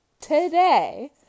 Today